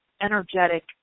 energetic